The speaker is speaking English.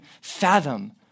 fathom